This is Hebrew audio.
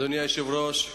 אדוני היושב-ראש,